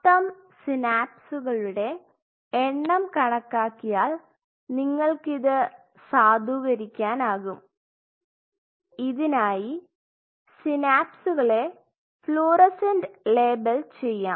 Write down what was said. മൊത്തം സിനാപ്സുകളുടെ എണ്ണം കണക്കാക്കിയാൽ നിങ്ങൾ ഇത് സാധൂകരിക്കാനാകും ഇതിനായി സിനാപ്സുകളെ ഫ്ലൂറസന്റ് ലേബൽ ചെയ്യാം